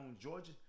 georgia